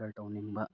order ꯇꯧꯅꯤꯡꯕ